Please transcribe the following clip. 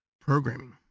programming